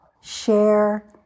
share